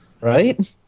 Right